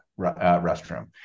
restroom